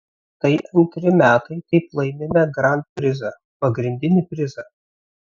tai antri metai kaip laimime grand prizą pagrindinį prizą